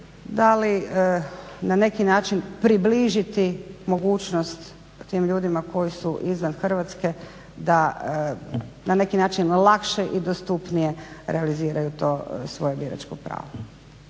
da li na neki način približiti mogućnost tim ljudima koji su izvan Hrvatske da na neki način lakše i dostupnije realiziraju to svoje biračko pravo.